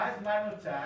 ואז, מה נוצר?